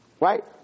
Right